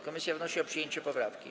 Komisja wnosi o przyjęcie tej poprawki.